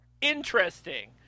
interesting